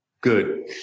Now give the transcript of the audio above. Good